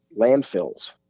landfills